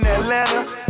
Atlanta